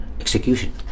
execution